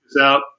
out